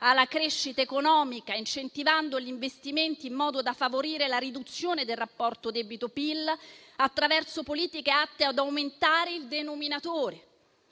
alla crescita economica, incentivando gli investimenti in modo da favorire la riduzione del rapporto debito-PIL attraverso politiche atte ad aumentare il denominatore.